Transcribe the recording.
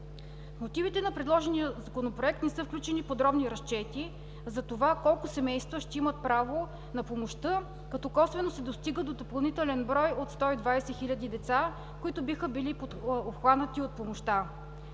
мотивите на предложения Законопроект не са включени подробни разчети колко семейства ще имат право на помощта, като косвено се достига до допълнителен брой от 120 хиляди деца, които биха били обхванати от помощта.